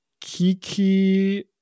Kiki